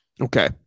Okay